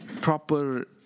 proper